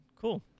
cool